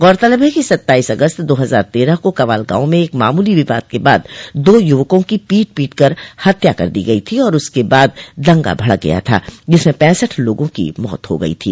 गौरतलब है कि सत्ताईस अगस्त दो हज़ार तेरह को कवाल गांव में एक मामूली विवाद के बाद दो युवकों को पीट पीट कर हत्या कर दी गई थी और उसके बाद दंगा भड़क गया था जिसमें पैंसठ लोगों की मौत हो गई थी